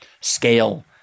scale